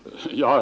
Herr talman!